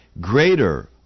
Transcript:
Greater